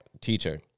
teacher